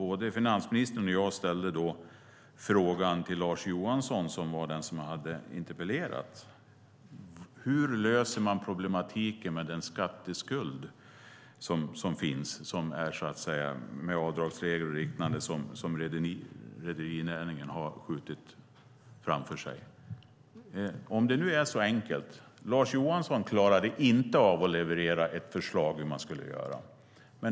Både finansministern och jag frågade då Lars Johansson, som var den som hade interpellerat: Hur löser man problematiken med den skatteskuld som finns, med avdragsregler och liknande, som rederinäringen har skjutit framför sig? Lars Johansson klarade inte av att leverera ett förslag på hur man skulle göra.